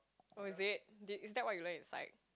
oh is it is that what you learn inside